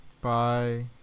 Bye